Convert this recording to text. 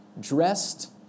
dressed